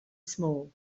small